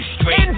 straight